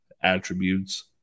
attributes